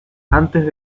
antes